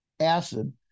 acid